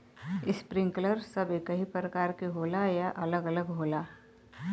Sprinkler सब एकही प्रकार के होला या अलग अलग होला?